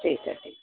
ठीकु आहे ठीकु